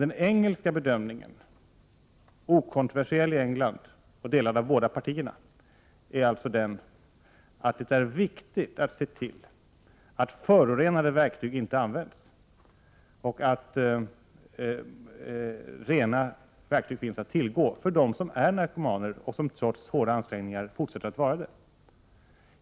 Den engelska bedömningen, okontroversiell i England och delad av båda partierna, är alltså den att det är viktigt att se till att förorenade sprutor verkligen inte används och att rena finns att tillgå för dem som är narkomaner och som trots stora ansträngningar fortsätter att vara det.